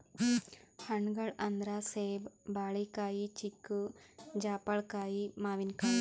ಹಣ್ಣ್ಗೊಳ್ ಅಂದ್ರ ಸೇಬ್, ಬಾಳಿಕಾಯಿ, ಚಿಕ್ಕು, ಜಾಪಳ್ಕಾಯಿ, ಮಾವಿನಕಾಯಿ